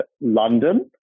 London